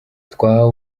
twahawe